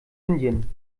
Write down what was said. indien